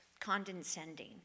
condescending